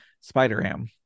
Spider-Ham